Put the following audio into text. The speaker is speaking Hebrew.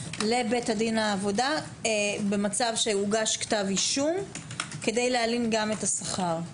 לבית הדין לעבודה במצב שהוגש כתב אישום כדי להלין גם את השכר?